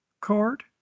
card